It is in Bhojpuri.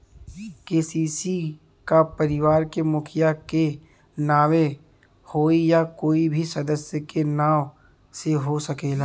के.सी.सी का परिवार के मुखिया के नावे होई या कोई भी सदस्य के नाव से हो सकेला?